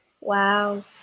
wow